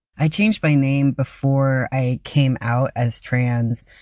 i changed my name before i came out as trans,